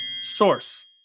Source